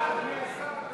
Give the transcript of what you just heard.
ההסתייגויות לסעיף 37,